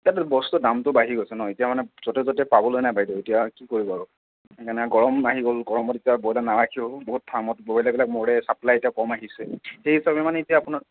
এতিয়াটো বস্তুৰ দামটো বাঢ়ি গৈছে ন এতিয়া মানে য'তে ততে পাবলৈ নাই বাইদেউ এতিয়া কি কৰিব আৰু সেইকাৰণে গৰম আহি গ'ল গৰমত এতিয়া ব্ৰইলাৰ নাৰাখেও বহুত ফাৰ্মত ব্ৰইলাৰবিলাক মৰে ছাপ্লাই এতিয়া কম আহিছে সেই হিচাপে মানে এতিয়া আপোনাৰ